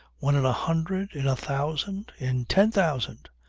one in a hundred in a thousand in ten thousand?